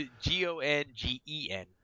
G-O-N-G-E-N